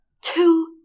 two